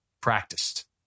practiced